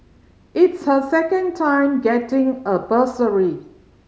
it's her second time getting a bursary